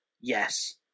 Yes